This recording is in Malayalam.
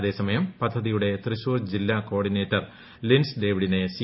അതേസമയം പദ്ധതിയുടെ തൃശൂർ ജില്ലാ കോർഡിനേറ്റർ ലിൻസ് ഡേവിഡിനെ സി